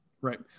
right